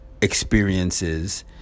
experiences